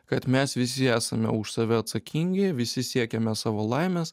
kad mes visi esame už save atsakingi visi siekiame savo laimės